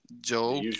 Joe